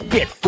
Get